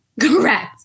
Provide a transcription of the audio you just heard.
Correct